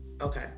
Okay